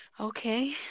Okay